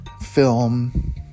film